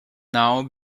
now